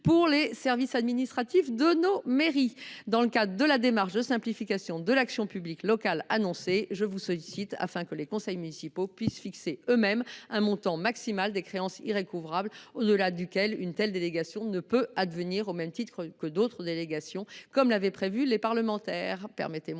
pour les services administratifs de nos mairies. Dans le cadre de la démarche de simplification de l’action publique locale annoncée, je vous sollicite afin que les conseils municipaux puissent fixer eux mêmes un montant maximal des créances irrécouvrables au delà duquel une telle délégation ne peut advenir, au même titre que pour d’autres délégations, comme l’avaient prévu les parlementaires.